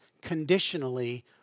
conditionally